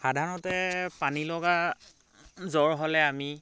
সাধাৰণতে পানীলগা জ্বৰ হ'লে আমি